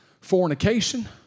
fornication